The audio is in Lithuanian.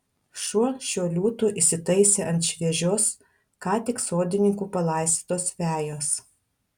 šuo šiuo liūtu įsitaisė ant šviežios ką tik sodininkų palaistytos vejos